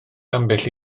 ambell